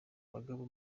bagabo